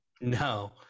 No